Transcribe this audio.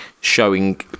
showing